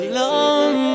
long